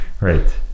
Right